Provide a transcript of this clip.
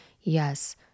yes